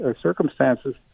circumstances